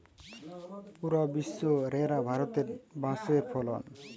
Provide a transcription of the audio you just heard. পুরা বিশ্ব রে আর ভারতে বাঁশের ফলন